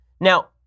Now